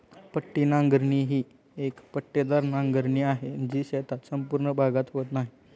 पट्टी नांगरणी ही एक पट्टेदार नांगरणी आहे, जी शेताचा संपूर्ण भागात होत नाही